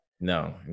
No